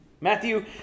Matthew